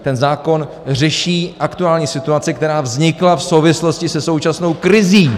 Ten zákon řeší aktuální situaci, která vznikla v souvislosti se současnou krizí.